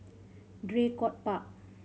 Draycott Park